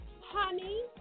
honey